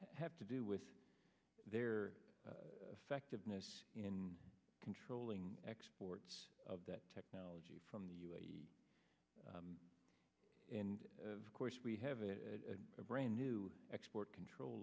have to do with their effect of controlling exports of that technology from the and of course we have a brand new export control